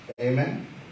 Amen